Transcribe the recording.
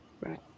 Right